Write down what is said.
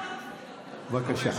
בבקשה.